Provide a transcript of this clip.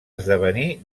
esdevenir